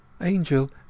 Angel